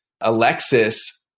Alexis